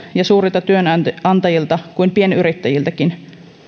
ja suurilta työnantajilta kuin pienyrittäjiltäkin